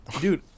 Dude